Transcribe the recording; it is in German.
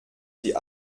die